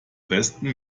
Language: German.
besten